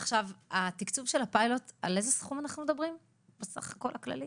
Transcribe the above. על איזה סכום אנחנו מדברים בתקצוב של הפיילוט בסך הכול?